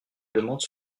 demande